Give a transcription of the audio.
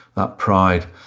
that pride,